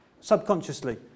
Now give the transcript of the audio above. subconsciously